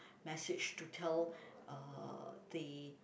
message to tell uh the